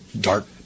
dark